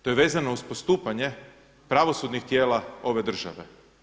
To je vezano uz postupanje pravosudnih tijela ove države.